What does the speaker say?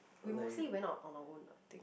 we mostly went out on our own ah I think